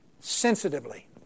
sensitively